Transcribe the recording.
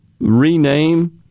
rename